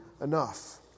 enough